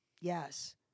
Yes